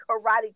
karate